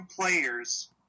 players